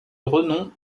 renom